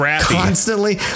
constantly